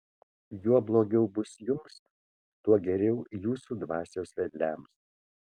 juo blogiau bus jums tuo geriau jūsų dvasios vedliams